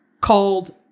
called